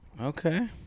okay